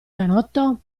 canotto